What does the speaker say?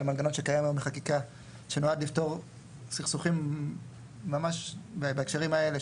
זה מנגנון שקיים היום בחקיקה והוא נועד לפתור סכסוכים בהקשרים האלה,